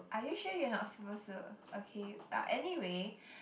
are you sure you're not supposed to okay but anyway